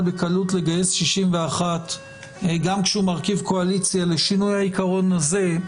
לגייס בקלות 61 גם כשהוא מרכיב קואליציה לשינוי העיקרון הזה,